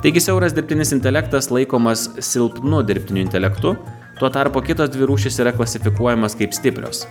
taigi siauras dirbtinis intelektas laikomas silpnu dirbtiniu intelektu tuo tarpu kitos dvi rūšys yra klasifikuojamos kaip stiprios